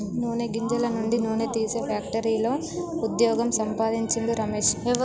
నూనె గింజల నుండి నూనె తీసే ఫ్యాక్టరీలో వుద్యోగం సంపాందించిండు రమేష్